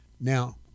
Now